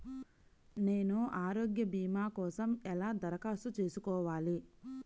నేను ఆరోగ్య భీమా కోసం ఎలా దరఖాస్తు చేసుకోవాలి?